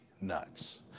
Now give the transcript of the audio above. nuts